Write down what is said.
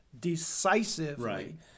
decisively